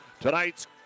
tonight's